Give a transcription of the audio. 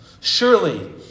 Surely